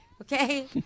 Okay